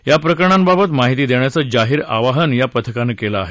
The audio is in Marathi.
या प्रकरणांबाबत माहिती देण्याचं जाहीर आवाहन या पथकानं केलं आहे